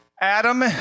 Adam